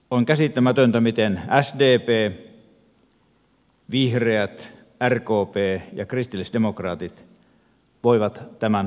on käsittämätöntä miten sdp vihreät rkp ja kristillisdemokraatit voivat tämän hallitusohjelman hyväksyä